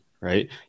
Right